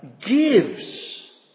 gives